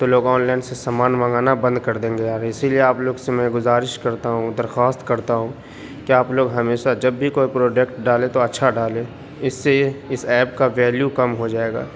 تو لوگ online سے سامان منگانا بند کر دیں گے یار اسی لیے آپ لوگ سے میں گذراش کرتا ہوں درخواست کرتا ہوں کہ آپ لوگ ہمیشہ جب بھی کوئی پروڈکٹ ڈالیں تو اچھا ڈالیں اس سے اس ایپ کا ویلیو کم ہو جائے گا